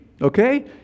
okay